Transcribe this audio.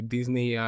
Disney